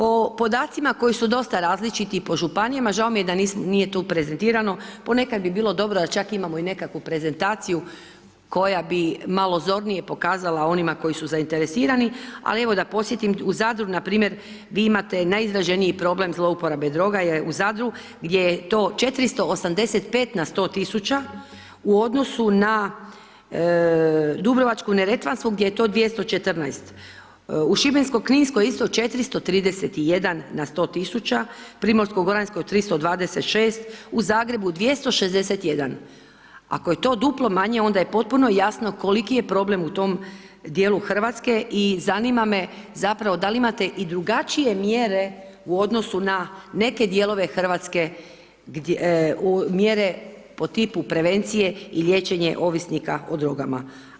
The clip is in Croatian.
O podacima koji su dosta različiti i po županijama, žao mi je da nije to prezentirano, ponekad bi bilo dobro da čak imamo i nekakvu prezentaciju, koja bi malo zornije pokazala onima koji su zainteresirani, ali evo da podsjetim, u Zadru, npr. vi imate najizraženiji problem zlouporabe droga je u Zadru, gdje je to 485 na 100 tisuća, u odnosu na Dubrovačku neretvansku gdje je to 214, u Šibenskoj kninskoj isto 431 na 100 tisuća, u Primorskoj goranskoj 326 Ako je to duplo manje onda je potpuno jasno koliki je problem u tom dijelu Hrvatske i zanima me zapravo da li imate i drugačije mjere u odnosu na neke dijelove Hrvatske gdje, mjere po tipu prevencije i liječenje ovisnika o drogama.